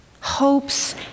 Hopes